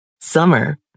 Summer